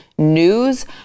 News